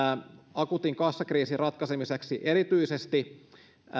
akuutin kassakriisin ratkaisemiseksi erityisesti